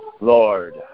Lord